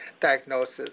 diagnosis